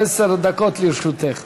עשר דקות לרשותך.